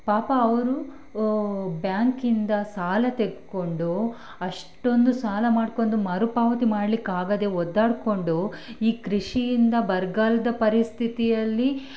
ಪಾಪ ಅವರು ಬ್ಯಾಂಕಿಂದ ಸಾಲ ತೆಕ್ಕೊಂಡು ಅಷ್ಟೊಂದು ಸಾಲ ಮಾಡ್ಕೊಂಡು ಮರುಪಾವತಿ ಮಾಡಲಿಕ್ಕಾಗದೆ ಒದ್ದಾಡಿಕೊಂಡು ಈ ಕೃಷಿಯಿಂದ ಬರಗಾಲ್ದ ಪರಿಸ್ಥಿತಿಯಲ್ಲಿ